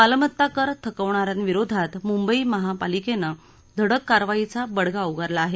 मालमत्ता कर थकवणाऱ्यांविरोधात मुंबई महापालिकेनं धडक कारवाईचा बडगा उगारला आहे